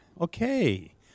okay